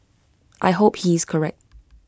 I hope he is correct